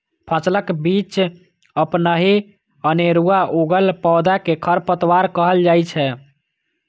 फसलक बीच अपनहि अनेरुआ उगल पौधा कें खरपतवार कहल जाइ छै